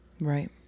Right